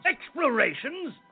Explorations